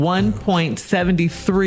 $1.73